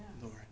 Lord